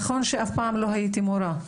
נכון שאף פעם לא הייתי מורה,